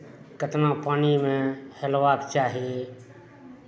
केतना पानिमे हेलबाक चाही